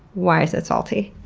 why is it salty?